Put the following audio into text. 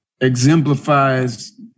exemplifies